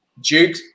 Duke